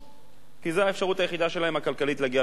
כי זו האפשרות הכלכלית היחידה שלהם להגיע למקום העבודה.